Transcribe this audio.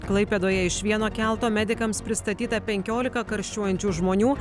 klaipėdoje iš vieno kelto medikams pristatyta penkiolika karščiuojančių žmonių